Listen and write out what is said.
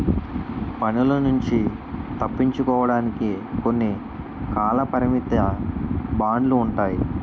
పన్నుల నుంచి తప్పించుకోవడానికి కొన్ని కాలపరిమిత బాండ్లు ఉంటాయి